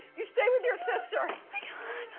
you stay with your sister. i,